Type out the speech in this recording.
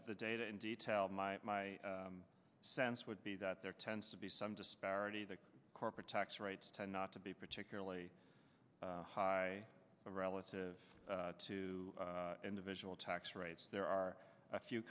the data in detail my my sense would be that there tends to be some disparity the corporate tax rates tend not to be particularly high relative to individual tax rates there are a few